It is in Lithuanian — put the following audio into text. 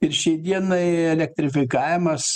ir šiai dienai elektrifikavimas